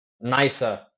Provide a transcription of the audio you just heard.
nicer